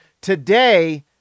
Today